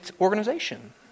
organization